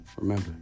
Remember